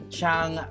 Chang